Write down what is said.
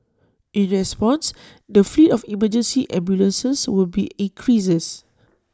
in response the fleet of emergency ambulances will be increased